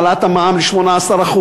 העלאת המע"מ ל-18%,